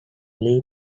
leap